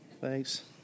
Thanks